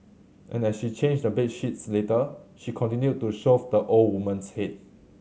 and as she changed the bed sheets later she continued to shove the old woman's head